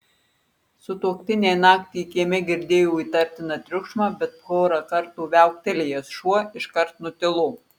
sutuoktiniai naktį kieme girdėjo įtartiną triukšmą bet porą kartų viauktelėjęs šuo iškart nutilo